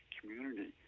community